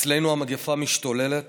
אצלנו המגפה משתוללת.